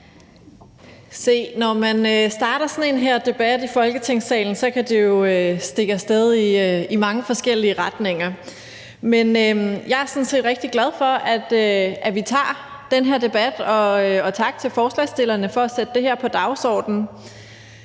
når man starter sådan en debat i Folketingssalen, kan det jo stikke af sted i mange forskellige retninger, men jeg er sådan set rigtig glad for, at vi tager den her debat. Og tak til forslagsstillerne for at sætte det her på dagsordenen.